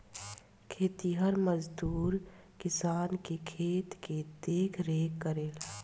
खेतिहर मजदूर किसान के खेत के देखरेख करेला